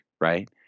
right